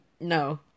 No